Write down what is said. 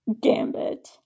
gambit